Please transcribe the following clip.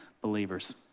believers